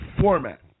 format